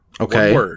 Okay